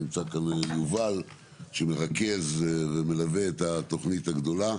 נמצא כאן יובל שמרכז ומלווה את התוכנית הגדולה,